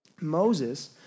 Moses